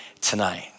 tonight